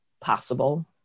possible